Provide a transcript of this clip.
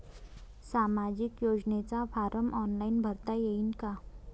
सामाजिक योजनेचा form online भरता येईन का?